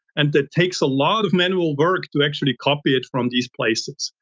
and that takes a lot of manual work to actually copy it from these places.